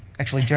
actually,